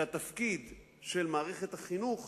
שהתפקיד של מערכת החינוך